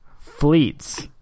Fleets